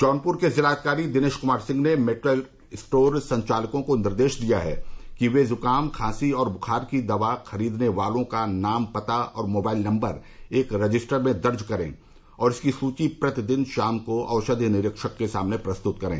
जौनप्र के जिलाधिकारी दिनेश क्मार सिंह ने मेडिकल स्टोर संचालकों को निर्देश दिया है कि वे ज्काम खांसी और बुखार की दवा खरीदने वाले लोगों का नाम पता और मोबाइल नंबर एक रजिस्टर में दर्ज करें और इसकी सूची प्रतिदिन शाम को औषधि निरीक्षक के सामने प्रस्तुत करें